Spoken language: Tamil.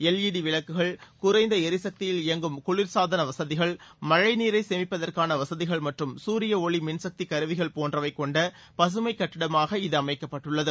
எல்இடி விளக்குகள் குறைந்த எரிசக்தியில் இயங்கும் குளிர்சாதன வசதிகள் மனழ நீரை சேமிப்பதற்கான வசதிகள் மற்றும் தரிய ஒளி மின்சக்தி கருவிகள் போன்றவை கொண்ட பகமைக் கட்டடமாக இது அமைக்கப்பட்டுள்ளது